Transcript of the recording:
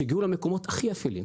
שהגיעו למקומות הכי אפלים.